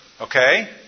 okay